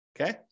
Okay